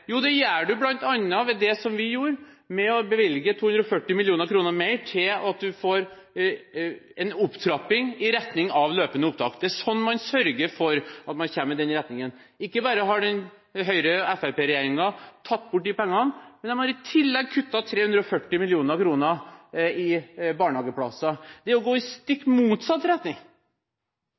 Jo, det gjør man bl.a. ved å gjøre det vi gjorde, ved å bevilge 240 mill. kr mer til å få en opptrapping i retning av løpende opptak. Det er slik man sørger for at man kommer i den retningen. Ikke bare har Høyre–Fremskrittsparti-regjeringen tatt bort de pengene, men de har i tillegg kuttet 340 mill. kr til barnehageplasser. Det er å gå i stikk motsatt retning.